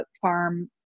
farm